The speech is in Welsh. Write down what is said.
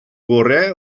gorau